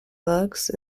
lugs